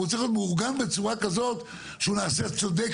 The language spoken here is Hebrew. אבל הוא צריך להיות מאורגן בצורה כזאת שהוא נעשה צודק